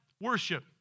worship